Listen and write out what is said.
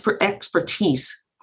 expertise